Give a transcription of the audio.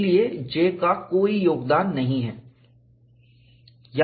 इसलिए J का कोई योगदान नहीं है